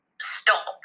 stop